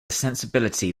sensibility